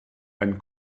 einen